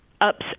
ups